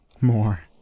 More